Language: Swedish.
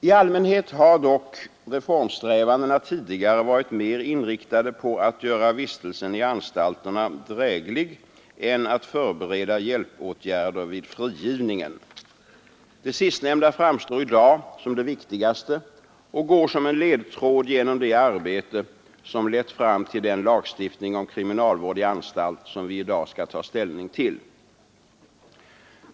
I allmänhet har dock reformsträvandena tidigare varit mer inriktade på att göra vistelsen i anstalterna dräglig än att förbereda hjälpåtgärder vid frigivningen. Det sistnämnda framstår i dag som det viktigaste och går som en ledtråd genom det arbete som lett fram till den lagstiftning om kriminalvård i anstalt som vi i dag skall ta ställning till.